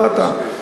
לא אתה,